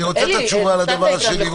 שלמה, אני רוצה את התשובה לדבר השני.